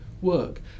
work